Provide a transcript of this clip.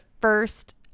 first